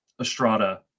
Estrada